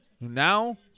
Now